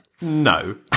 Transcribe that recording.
no